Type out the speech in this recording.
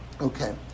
Okay